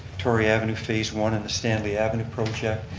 victoria avenue phase one and the stanley avenue project.